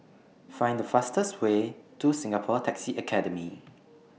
Find The fastest Way to Singapore Taxi Academy